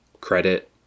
credit